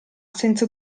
senza